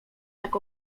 tak